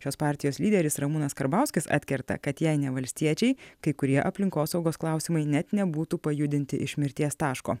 šios partijos lyderis ramūnas karbauskis atkerta kad jei ne valstiečiai kai kurie aplinkosaugos klausimai net nebūtų pajudinti iš mirties taško